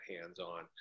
hands-on